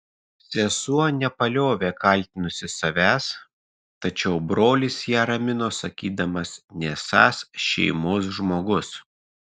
sesuo nepaliovė kaltinusi savęs tačiau brolis ją ramino sakydamas nesąs šeimos žmogus